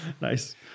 Nice